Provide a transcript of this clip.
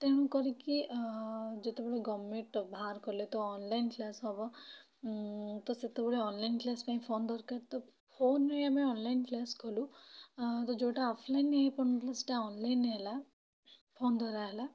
ତେଣୁ କରିକି ଯେତେବେଳେ ଗଭ୍ମେଣ୍ଟ୍ ବାହାର କଲେ ତ ଅନଲାଇନ୍ କ୍ଲାସ୍ ହେବ ତ ସେତେବେଳେ ଅନଲାଇନ୍ କ୍ଲାସ୍ ପାଇଁ ଫୋନ୍ ଦରକାର ତ ଫୋନ୍ ରେ ହିଁ ଆମେ ଅନଲାଇନ୍ କ୍ଲାସ୍ କଲୁ ଆ ତ ଯୋଉଟା ଅଫଲାଇନ୍ ହେଇପାରୁ ନଥିଲା ସେଟା ଅନଲାଇନ୍ ହେଲା ଫୋନ୍ ଦ୍ୱାରା ହେଲା